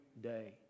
day